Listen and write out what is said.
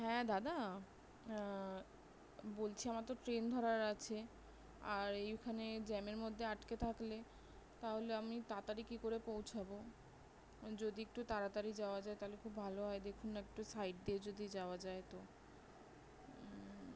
হ্যাঁ দাদা বলছি আমার তো ট্রেন ধরার আছে আর এইখানে জ্যামের মধ্যে আটকে থাকলে তাহলে আমি তাড়াতাড়ি কী করে পৌঁছাবো যদি একটু তাড়াতাড়ি যাওয়া যায় তাহলে খুব ভালো হয় দেখুন না একটু সাইড দিয়ে যদি যাওয়া যায় তো